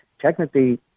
technically